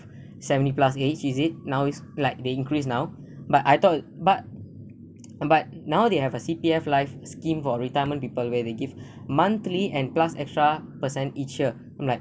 seventy plus age is it now it's like they increase now but I thought but but now they have a cpf life scheme for retirement people where they give monthly and plus extra per cent each year I'm like